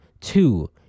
two